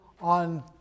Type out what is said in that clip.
on